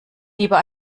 lieber